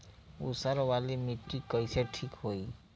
ऊसर वाली मिट्टी कईसे ठीक होई?